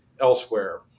elsewhere